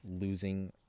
losing